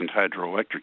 hydroelectric